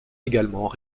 également